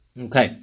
okay